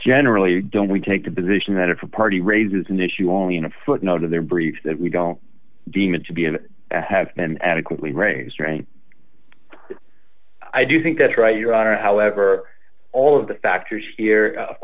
generally don't we take the position that if a party raises an issue only in a footnote in their briefs that we don't deem it to be an have been adequately raised right i do think that's right your honor however all of the factors here of